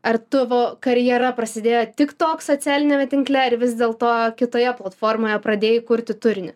ar tuvo karjera prasidėjo tik tok socialiniame tinkle ar vis dėl to kitoje platformoje pradėjai kurti turinį